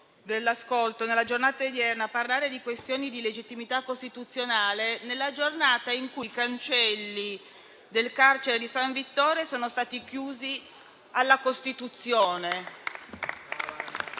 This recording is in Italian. dell'ascolto, a parlare di questioni di legittimità costituzionale nella giornata in cui i cancelli del carcere di San Vittore sono stati chiusi alla Costituzione.